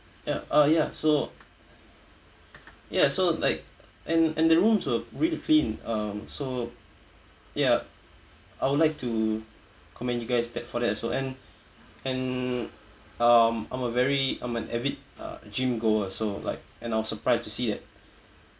ya uh ya so ya so like and and the rooms were really clean um so ya I would like to commend you guys that for that also and and um I'm a very I'm an avid uh gym goer so like and I'm surprised to see that